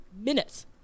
minutes